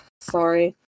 Sorry